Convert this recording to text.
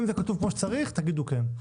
אם זה כתוב כמו שצריך, תגידו כן.